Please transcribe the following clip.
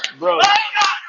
bro